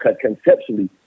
conceptually